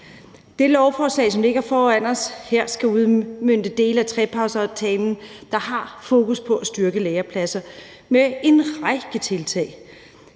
Det lovforslag, som ligger foran os her, skal udmønte dele af trepartsaftalen, der har fokus på at styrke lærepladser med en række tiltag.